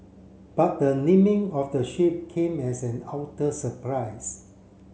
but the naming of the ship came as an utter surprise